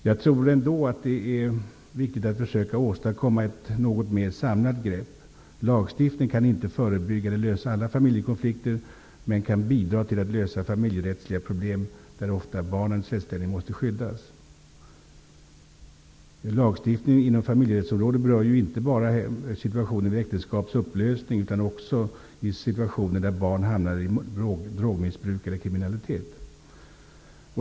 Jag tror ändå att det är viktigt att försöka åstadkomma ett något mer samlat grepp. Lagstiftning kan inte förebygga eller lösa alla familjekonflikter, men de kan bidra till att lösa familjerättsliga problem där barnens rättsställning ofta måste skyddas. Lagstiftningen inom familjerättsområdet berör inte bara situationer vid äktenskaps upplösning utan också situationer där barn hamnar i drogmissbruk eller kriminalitet.